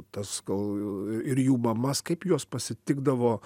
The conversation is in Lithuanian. tas gal ir jų mamas kaip juos pasitikdavo